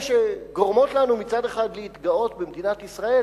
שגורמות לנו מצד אחד להתגאות במדינת ישראל,